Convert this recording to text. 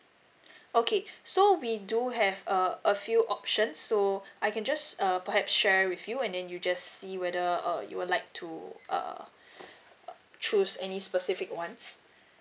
okay so we do have a a few options so I can just err perhaps share with you and then you just see whether uh you would like to uh uh choose any specific ones